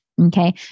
Okay